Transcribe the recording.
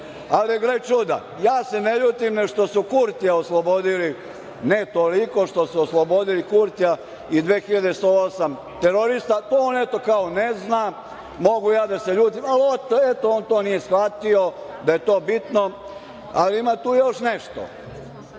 gle čuda, ja se ne ljutim ne što su Kurtija oslobodili, ne toliko što su oslobodili Kurtija i 2.108 terorista. To on, eto, kao ne zna, mogu ja da se ljutim, eto on to nije shvatio da je to bitno, ali ima tu još nešto,